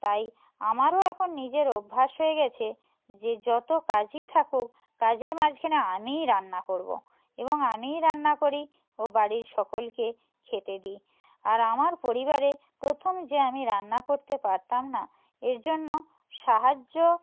তাই আমারও এখন নিজের অভ্যাস হয়ে গেছে যে যতো কাজই থাকুক কাজের মাঝখানে আমিই রান্না করবো এবং আমিই রান্না করি ও বাড়ির সকলকে খেতে দিই আর আমার পরিবারে প্রথম যে আমি রান্না করতে পারতাম না এর জন্য সাহায্য